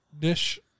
Dish